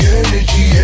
energy